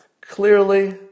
clearly